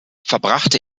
verbrachte